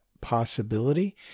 possibility